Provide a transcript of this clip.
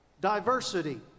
Diversity